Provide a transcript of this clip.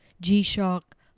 G-Shock